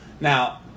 Now